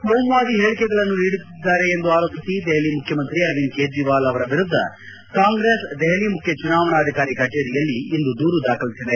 ಕೋಮುವಾದಿ ಹೇಳಿಕೆಗಳನ್ನು ನೀಡಿದ್ದಾರೆ ಎಂದು ಆರೋಪಿಸಿ ದೆಹಲಿ ಮುಖ್ಚಮಂತ್ರಿ ಅರವಿಂದ್ ಕೇಜ್ರಿವಾಲ್ ವಿರುದ್ದ ಕಾಂಗ್ರೆಸ್ ದೆಹಲಿ ಮುಖ್ಯ ಚುನಾವಣಾಧಿಕಾರಿ ಕಭೇರಿಯಲ್ಲಿ ಇಂದು ದೂರು ದಾಖಲಿಸಿದೆ